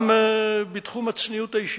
גם בתחום הצניעות האישית,